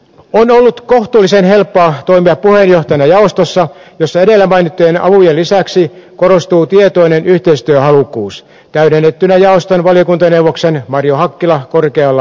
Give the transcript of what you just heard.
on ollut kohtuullisen helppoa toimia puheenjohtajana jaostossa jossa edellä mainittujen avujen lisäksi korostuu tietoinen yhteistyöhalukkuus täydennettynä jaoston valiokuntaneuvoksen marjo hakkilan korkealla ammattitaidolla